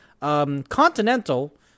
Continental